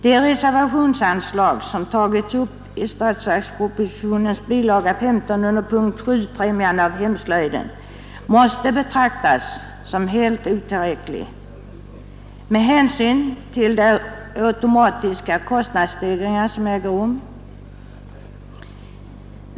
Det reservationsanslag som tagits upp i statsverkspropositionens bilaga 15 under punkten B 4, Främjande av hemslöjden, måste betraktas som helt otillräckligt med hänsyn till de automatiska kostnadsstegringar som äger rum.